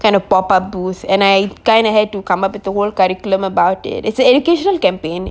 kind of pop up booth and I had to come up with the world curriculum about it it's an education campaign